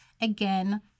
again